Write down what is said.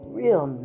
real